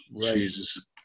Jesus